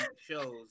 shows